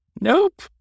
Nope